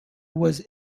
was